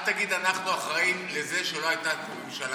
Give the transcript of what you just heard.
אל תגיד: אנחנו אחראים לזה שלא הייתה ממשלה.